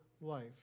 life